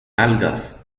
algas